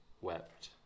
wept